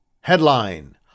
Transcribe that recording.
Headline